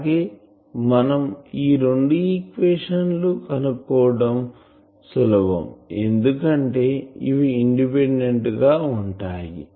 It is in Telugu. అలాగే మనం ఈ రెండు ఈక్వేషన్ లు కనుక్కోవటం సులభం ఎందుకంటే ఇవి ఇండిపెండెంట్ గా ఉంటాయి